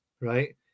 right